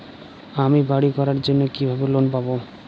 আমি বাড়ি করার জন্য কিভাবে লোন পাব?